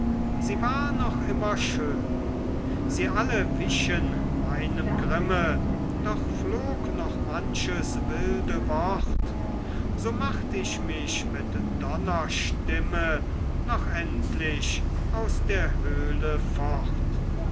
sie war noch immer schön sie alle wichen meinem grimme doch flog noch manches wilde wort so macht ich mich mit donnerstimme noch endlich aus der höhle fort